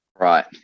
right